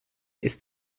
ist